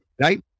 right